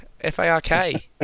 F-A-R-K